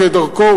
כדרכו,